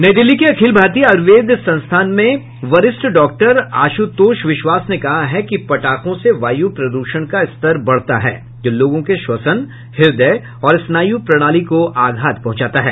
नई दिल्ली के अखिल भारतीय आयुर्वेद संस्थान में वरिष्ठ डॉक्टर आशुतोष विश्वास ने कहा है कि पटाखों से वायु प्रदूषण का स्तर बढ़ता है जो लोगों के श्वसन हृदय और स्नायु प्रणाली को आघात पहुंचाता है